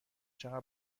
چقدر